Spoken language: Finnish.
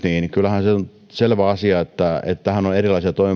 niin niin kyllähän se on selvä asia että näihin karkotusmenettelyihin on erilaisia